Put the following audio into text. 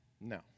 No